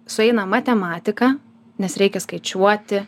sueina matematika nes reikia skaičiuoti